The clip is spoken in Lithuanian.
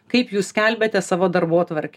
kaip jūs skelbiate savo darbotvarkę